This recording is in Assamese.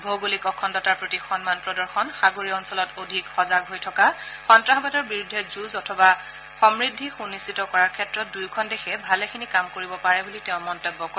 ভৌগলিক অখণ্ডতাৰ প্ৰতি সন্মান প্ৰদৰ্শন সাগৰীয় অঞ্চলত অধিক সজাগ হৈ থকা সন্তাসবাদৰ বিৰুদ্ধে যুঁজ অথবা সমূদ্ধি সুনিশ্চিত কৰাৰ ক্ষেত্ৰত দুয়োখন দেশে ভালেখিনি কাম কৰিব পাৰে বুলি তেওঁ মন্তব্য কৰে